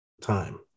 time